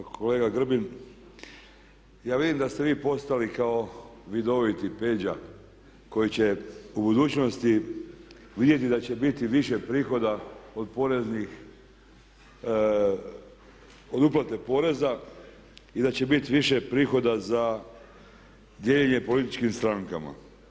Pa kolega Grbin, ja vidim da ste vi postali kao vidoviti Peđa koji će u budućnosti vidjeti da će biti više prihoda od poreznih, od uplate poreza i da će biti više prihoda za dijeljenje političkim strankama.